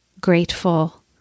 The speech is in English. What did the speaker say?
grateful